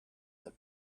that